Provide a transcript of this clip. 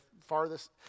farthest